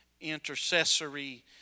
intercessory